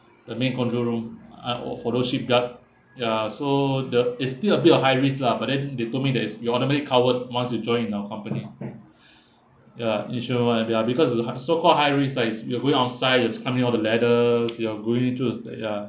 the main control room I for for those shipyard ya so the there's still a bit of high risk lah but then they told me that it's you're automatically covered once you join in our company ya insurance wise ya because it's uh so called high risk lah s~ you are going outside you're climbing all the ladders you are going into the ya